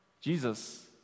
Jesus